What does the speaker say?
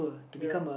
ya